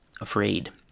Afraid